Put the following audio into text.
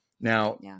Now